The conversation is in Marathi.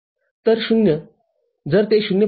तर० जर ते ०